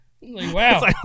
Wow